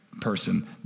person